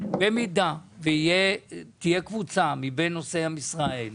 במידה ותהיה קבוצה מבין נושאי המשרה האלה,